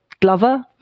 Glover